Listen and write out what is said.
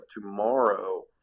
tomorrow